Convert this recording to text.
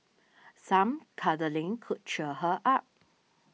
some cuddling could cheer her up